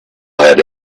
had